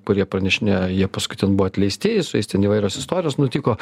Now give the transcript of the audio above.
kurie pranešinėjo jie paskui ten buvo atleisti su jais ten įvairios istorijos nutiko